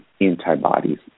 antibodies